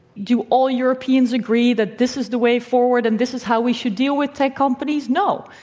do all europeans agree that this is the way forward and this is how we should deal with tech companies? no.